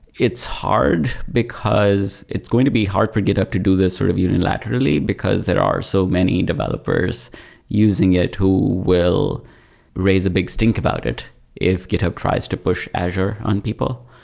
it's hard, because it's going to be hard for github to do this sort of unilaterally, because there are so many developers using it who will raise a big stink about it if github tries to push azure on people.